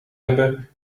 hebben